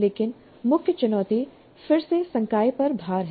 लेकिन मुख्य चुनौती फिर से संकाय पर भार है